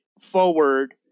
forward